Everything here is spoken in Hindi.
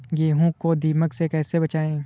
गेहूँ को दीमक से कैसे बचाएँ?